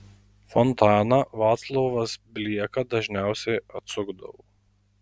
fontaną vaclovas blieka dažniausiai atsukdavo